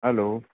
hello